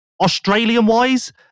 Australian-wise